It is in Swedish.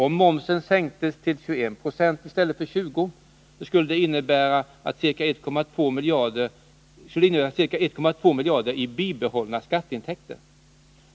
Om momsen sänktes till 21 92 i stället för 20 26, skulle det innebära cirka 1,2 miljarder i bibehållna skatteintäkter.